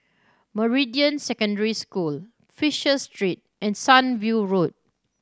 Meridian Secondary School Fisher Street and Sunview Road